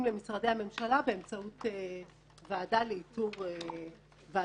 למשרדי הממשלה באמצעות ועדת איתור.